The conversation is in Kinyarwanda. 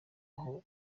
w’aho